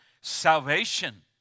salvation